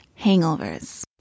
hangovers